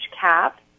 cap